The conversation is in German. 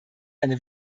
eine